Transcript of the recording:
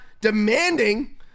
demanding